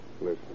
Listen